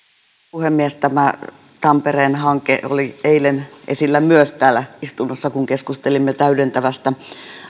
puhemies tämä tampereen hanke oli myös eilen esillä täällä istunnossa kun keskustelimme täydentävästä